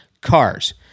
cars